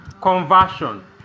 conversion